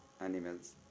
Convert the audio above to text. animals